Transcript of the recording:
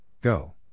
Go